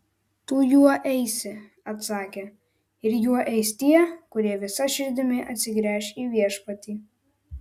tu juo eisi atsakė ir juo eis tie kurie visa širdimi atsigręš į viešpatį